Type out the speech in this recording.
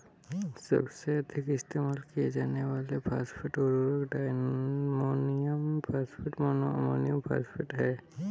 सबसे अधिक इस्तेमाल किए जाने वाले फॉस्फेट उर्वरक diammonium phosphate, mono ammonium phosphate हैं